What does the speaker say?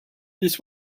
this